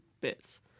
bits